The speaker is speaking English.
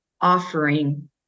offering